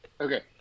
Okay